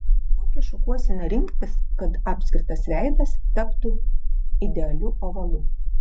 kokią šukuoseną rinktis kad apskritas veidas taptų idealiu ovalu